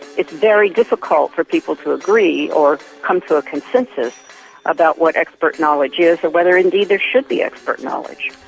it's very difficult for people to agree or come to a consensus about what expert knowledge is or whether indeed there should be expert knowledge.